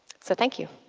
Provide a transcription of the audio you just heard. so thank you.